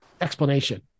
explanation